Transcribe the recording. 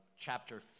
chapter